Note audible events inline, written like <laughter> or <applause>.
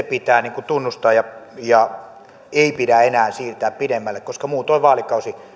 <unintelligible> pitää tunnustaa ja ja ei pidä enää siirtää pidemmälle koska muutoin vaalikausi